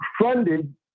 funded